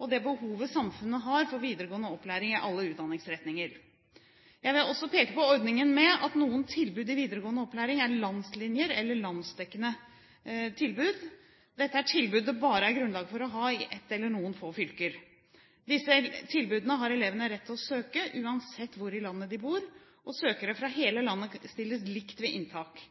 og det behovet samfunnet har for videregående opplæring i alle utdanningsretninger. Jeg vil også peke på ordningen med at noen tilbud i videregående opplæring er landslinjer eller landsdekkende tilbud. Dette er tilbud det bare er grunnlag for å ha i ett eller noen få fylker. Disse tilbudene har elevene rett til å søke uansett hvor i landet de bor, og søkere fra hele landet stilles likt ved inntak.